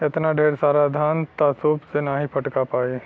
एतना ढेर सारा धान त सूप से नाहीं फटका पाई